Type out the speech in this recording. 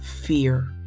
fear